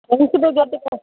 ஃப்ரெண்ட்ஸுகிட்ட கேட்டேன் சார்